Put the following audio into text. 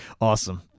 awesome